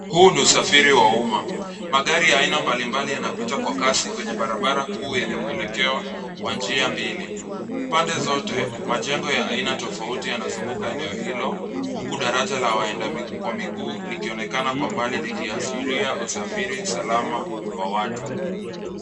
Huu ni usafiri wa umma. Magari ya aina mbalimbali yanapita kwa kasi kwenye barabara kuu yenye mwelekeo wa njia mbili. Pande zote majengo ya aina tofauti yanazunguka eneo hila huku daraja la waenda kwa miguu likionekana kwa mbali likiashiria usafiri salama wa watu.